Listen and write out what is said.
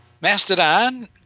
Mastodon